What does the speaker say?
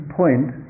point